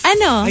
Ano